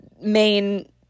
main